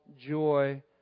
joy